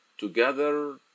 Together